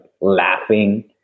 laughing